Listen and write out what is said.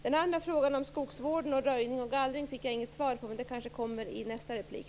Den andra frågan om skogsvården, röjning och gallring fick jag inget svar på. Det kanske kommer i nästa replik.